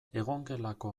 egongelako